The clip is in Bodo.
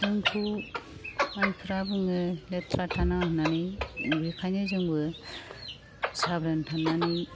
जोंखौ मानसिफ्रा बुङो लेथ्रा थानाङा होननानै बेखायनो जोंबो साब्रोन थानानै